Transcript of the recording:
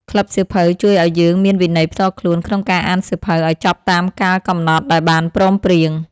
ក្លឹបសៀវភៅជួយឱ្យយើងមានវិន័យផ្ទាល់ខ្លួនក្នុងការអានសៀវភៅឱ្យចប់តាមកាលកំណត់ដែលបានព្រមព្រៀង។